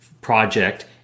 project